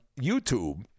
YouTube